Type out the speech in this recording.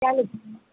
क्या लिखूँ